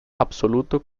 absoluto